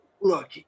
Look